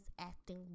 acting